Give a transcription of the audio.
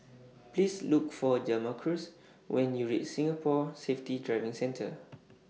Please Look For Jamarcus when YOU REACH Singapore Safety Driving Centre